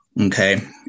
okay